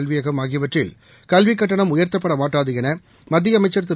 கல்வியகம் ஆகியவற்றில் கல்விகட்டணம் உயர்த்தப்படமாட்டாதுஎனமத்தியஅமைச்சர் திரு